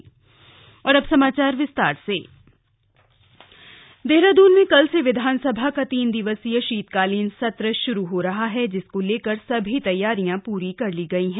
शीतकालीन सत्र देहरादून में कल से विधानसभा का तीन दिवसीय शीतकालीन सत्र शुरू हो रहा है जिसको लेकर सभी तैयारियां पूरी कर ली गयी है